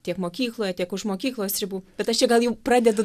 tiek mokykloje tiek už mokyklos ribų bet aš čia gal jau pradedu